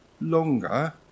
longer